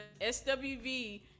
SWV